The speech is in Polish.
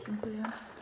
Dziękuję.